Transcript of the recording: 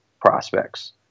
prospects